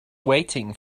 waiting